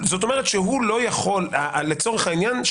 לצורך העניין,